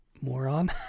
Moron